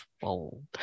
fold